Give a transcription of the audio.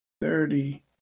thirty